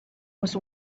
was